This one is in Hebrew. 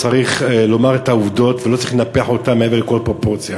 צריך לומר את העובדות ולא צריך לנפח אותן מעבר לכל פרופורציה.